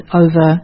over